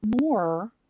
more